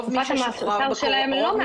תקופת המאסר שלהם לא מאפשרת שיקום.